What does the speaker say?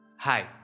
Hi